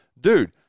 dude